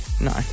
No